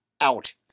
out